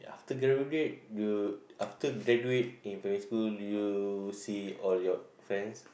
after graduate you after graduate in primary school do you see all your friends